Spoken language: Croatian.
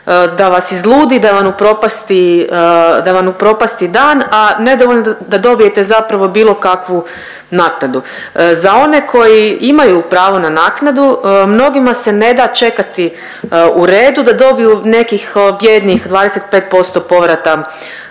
da vas izludi, da vam upropasti dan, a nedovoljno da dobijete zapravo bilo kakvu naknadu. Za one koji imaju pravo na naknadu, mnogima se ne da čekati u redu da dobiju nekih bijednih 25% povrata